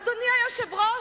אדוני היושב-ראש,